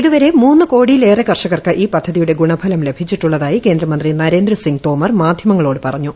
ഇതുവരെ മൂന്ന് കോടിലേറെ കർഷകർക്ക് ഈ പദ്ധതിയുടെ ഗുണഫലം ലഭിച്ചിട്ടുള്ളതായി കേന്ദ്ര മന്ത്രി നരേന്ദ്രസിംഗ് തോമർ മാധ്യമങ്ങളോട് പറഞ്ഞു